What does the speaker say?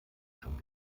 schon